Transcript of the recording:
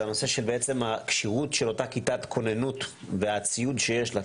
זה הנושא של בעצם הכשירות של אותה כיתת כוננות והציוד שיש לה,